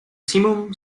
simum